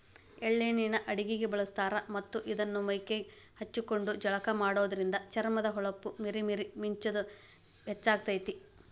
ಎಳ್ಳ ಎಣ್ಣಿನ ಅಡಗಿಗೆ ಬಳಸ್ತಾರ ಮತ್ತ್ ಇದನ್ನ ಮೈಗೆ ಹಚ್ಕೊಂಡು ಜಳಕ ಮಾಡೋದ್ರಿಂದ ಚರ್ಮದ ಹೊಳಪ ಮೇರಿ ಮೇರಿ ಮಿಂಚುದ ಹೆಚ್ಚಾಗ್ತೇತಿ